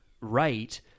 right